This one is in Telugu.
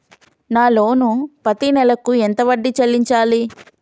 నా లోను పత్తి నెల కు ఎంత వడ్డీ చెల్లించాలి?